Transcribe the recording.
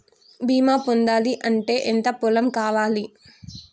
బీమా పొందాలి అంటే ఎంత పొలం కావాలి?